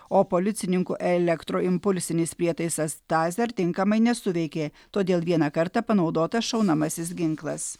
o policininkų elektroimpulsinis prietaisas taser tinkamai nesuveikė todėl vieną kartą panaudotas šaunamasis ginklas